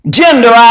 gender